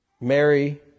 Mary